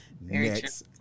next